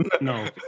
No